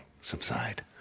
subside